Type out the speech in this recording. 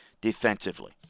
defensively